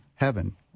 heaven